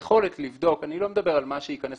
היכולת לבדוק אני לא מדבר על מה שייכנס